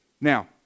Now